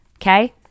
okay